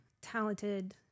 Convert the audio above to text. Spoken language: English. talented